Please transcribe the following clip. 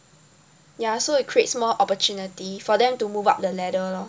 ya so it creates more opportunity for them to move up the ladder lor